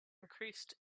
increased